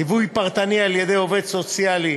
ליווי פרטני על-ידי עובד סוציאלי,